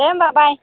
दे होमब्ला बाय